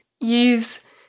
use